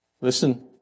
Listen